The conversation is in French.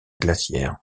glaciaire